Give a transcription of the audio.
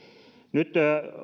nyt